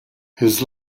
his